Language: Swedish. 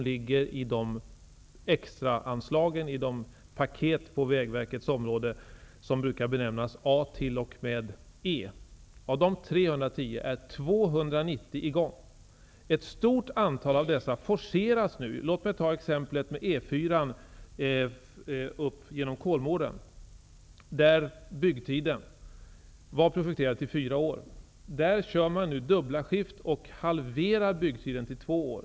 Under de extra anslagen i de paketet på Vägverkets område som brukar benämnas A t.o.m. E inryms ca 310 stora projekt. 290 av dem är i gång. Ett stort antal av dessa projekt forceras nu. Jag kan ta E 4 genom Kolmården som ett exempel. Byggtiden var projekterad till fyra år. Man kör nu dubbla skift för att halvera byggtiden till två år.